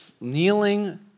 Kneeling